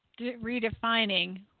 redefining